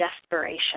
desperation